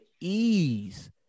ease